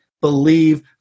believe